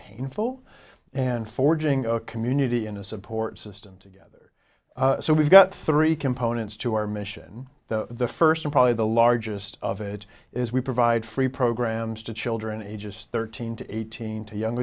painful and forging a community in a support system together so we've got three components to our mission the first and probably the largest of it is we provide free programs to children ages thirteen to eighteen to young